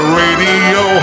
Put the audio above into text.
radio